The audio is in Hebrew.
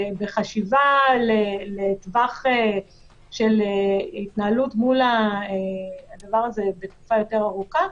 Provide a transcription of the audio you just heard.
בחשיבה לטווח של התנהלות מול הדבר הזה לתקופה יותר ארוכה,